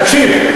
תקשיב.